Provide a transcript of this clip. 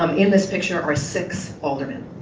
um in this picture are six aldermen.